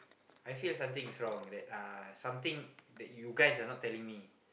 I feel something is wrong that ah something that you guys are not telling me